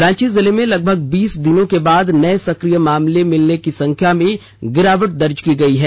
रांची जिले में लगभग बीस दिनों के बाद नए सक्रिय मामले मिलने की संख्या में गिरावट दर्ज की गई है